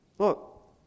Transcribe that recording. Look